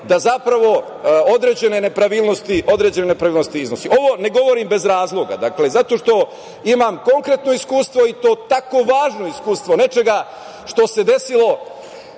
da zapravo određene nepravilnosti iznosi. Ovo ne govorim bez razloga. Zato što imam konkretno iskustvo i to tako važni iskustvo nečega što se desilo